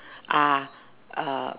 ah uh